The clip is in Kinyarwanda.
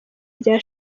rya